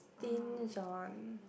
stinge on